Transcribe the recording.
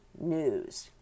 news